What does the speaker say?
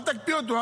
אל תקפיא אותו.